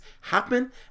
happen